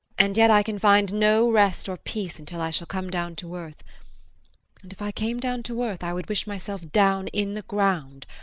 and yet i can find no rest or peace until i shall come down to earth and if i came down to earth i would wish myself down in the ground.